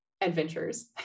adventures